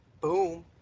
Boom